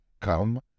come